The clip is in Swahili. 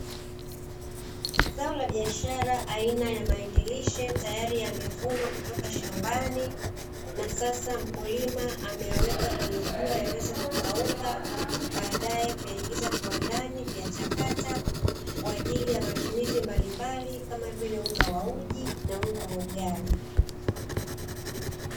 Zao la biashara aina ya mahindi lishe tayri yamevunwa kutoka shambani, na sasa mkulima ameyaweka kwenye jua yaweze kukauka baadae kuyaingiza kiwandani kuyachakata kwa ajili ya matumizi mbalimbali kama vile unga wa uji na unga wa ugali.